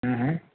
હમ હમ